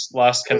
last